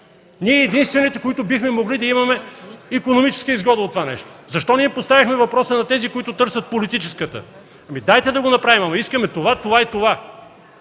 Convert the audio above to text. ние, единствените, които бихме могли да имаме икономическа изгода от това нещо?! Защо ние поставихме въпроса на тези, които търсят политическата? Ами дайте да го направим, ама искаме това, това и това.